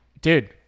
dude